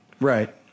Right